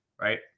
right